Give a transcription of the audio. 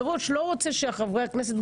מראש הוא לא רוצה שחברי הכנסת,